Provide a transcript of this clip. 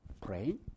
praying